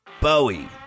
Bowie